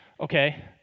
Okay